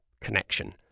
connection